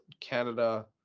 Canada